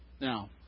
Now